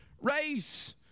race